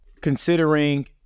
considering